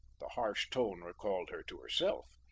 the harsh tone recalled her to herself.